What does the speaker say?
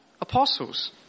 apostles